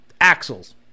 axles